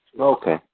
Okay